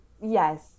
Yes